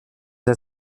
der